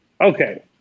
Okay